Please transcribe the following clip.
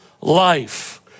life